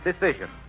decision